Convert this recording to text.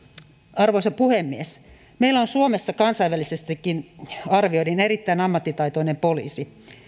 arvoisa puhemies meillä on suomessa kansainvälisestikin arvioiden erittäin ammattitaitoinen poliisi